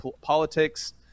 politics